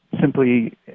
simply